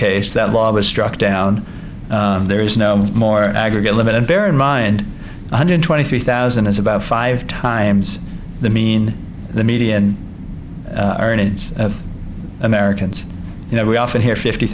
case that law was struck down there is no more aggregate limit and bear in mind one hundred twenty three thousand is about five times the mean the media and americans you know we often hear fifty